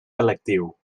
electiu